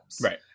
Right